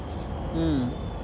mm